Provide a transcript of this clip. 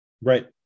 right